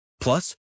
Plus